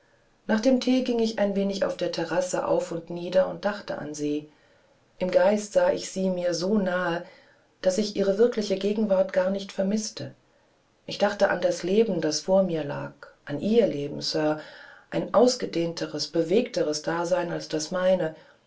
nach dem thee ging ich ein wenig auf der terrasse auf und nieder und dachte an sie im geiste sah ich sie mir so nahe daß ich ihre wirkliche gegenwart gar nicht vermißte ich dachte an das leben das vor mir lag an ihr leben sir ein ausgedehnteres bewegteres dasein als das meine